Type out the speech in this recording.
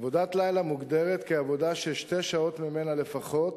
עבודת לילה מוגדרת כעבודה ששתי שעות ממנה לפחות